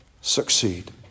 succeed